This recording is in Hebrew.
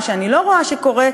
מה שאני לא רואה שקורה,